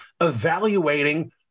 evaluating